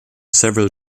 several